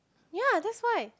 ya that's why